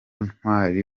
ntwari